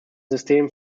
system